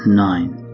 nine